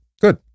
Good